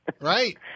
right